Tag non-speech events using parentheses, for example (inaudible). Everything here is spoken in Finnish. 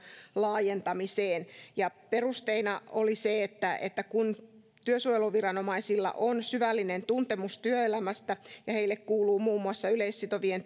laajentamiseen perusteina oli se että että kun työsuojeluviranomaisilla on syvällinen tuntemus työelämästä ja heille kuuluu muun muassa yleissitovien (unintelligible)